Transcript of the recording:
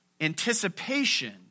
anticipation